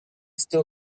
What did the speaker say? still